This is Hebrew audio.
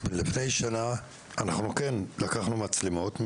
לפני שנה, אנחנו כן לקחנו מצלמות.